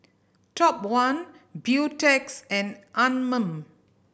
Top One Beautex and Anmum